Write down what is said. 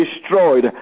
destroyed